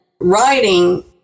writing